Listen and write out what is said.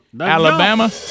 Alabama